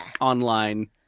online